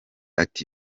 ati